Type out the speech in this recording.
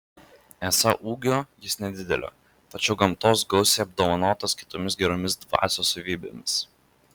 esą ūgio jis nedidelio tačiau gamtos gausiai apdovanotas kitomis geromis dvasios savybėmis